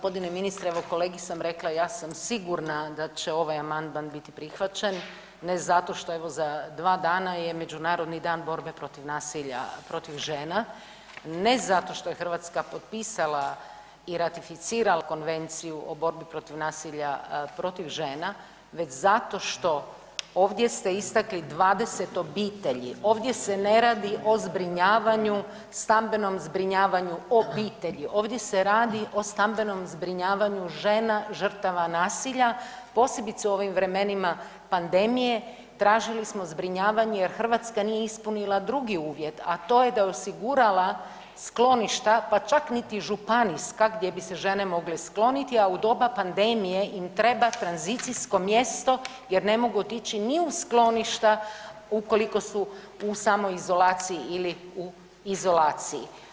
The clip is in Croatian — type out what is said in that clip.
Poštovani g. ministre, evo kolegi sam rekla, ja sam sigurna da će ovaj amandman biti prihvaćen, ne zato što evo za dva dana je Međunarodni dan borbe protiv nasilja protiv žena, ne zato što je Hrvatska potpisala i ratificirala Konvenciju o borbi protiv nasilja protiv žena već zato što ovdje ste istakli 20 obitelji, ovdje se ne radi o zbrinjavanju, stambenom zbrinjavanju obitelji, ovdje se radi o stambenom zbrinjavanju žena žrtava nasilja, posebice u ovim vremenima pandemije, tražili smo zbrinjavanje jer Hrvatska nije ispunila drugi uvjet, a to je da je osigurala skloništa, pa čak niti županijska gdje bi se žene mogle skloniti, a u doba pandemije im treba tranzicijsko mjesto jer ne mogu otići ni u skloništa ukoliko su u samoizolaciji ili u izolaciji.